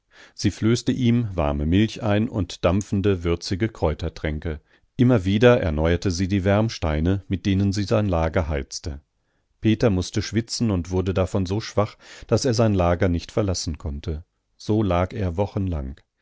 sie flößte ihm warme milch ein und dampfende würzige kräutertränke immer wieder erneuerte sie die wärmsteine mit denen sie sein lager heizte peter mußte schwitzen und wurde davon so schwach daß er sein lager nicht verlassen konnte so lag er wochenlang